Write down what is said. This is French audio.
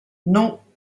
non